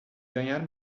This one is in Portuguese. ganhar